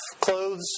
clothes